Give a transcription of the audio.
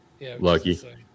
Lucky